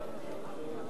וכעת,